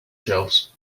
shelves